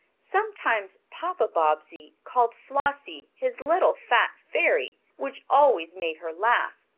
sometimes papa bobbsey called flossie his little fat fairy, which always made her laugh.